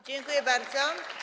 Dziękuję bardzo.